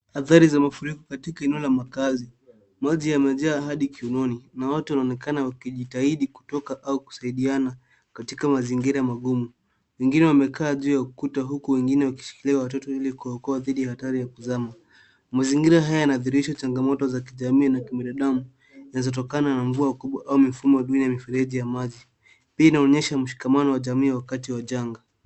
Athari za mafuriko katika eneo la makazi maji yamejaa hadi kiunoni na watu wanaonekana wakijitahidi kutoka au kusaidiana katika mazingira magumu ,wengine wamekaa juu ya ukuta huku wengine wakishikilia watoto ile kuokoa dhidi hatari ya kuzama ,mazingira haya yanadhihirisha changamoto za kijamii na kibinadamu zinazotokana na mvua kubwa au mifumo duni ya mifereji ya maji hii inaonyesha mshikamano wa jamii wakati wa janga.